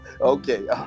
okay